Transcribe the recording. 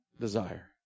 desire